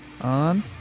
on